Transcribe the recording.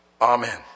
Amen